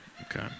Okay